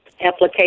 application